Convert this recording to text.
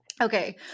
Okay